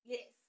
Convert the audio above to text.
Yes